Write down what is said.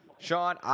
Sean